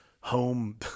home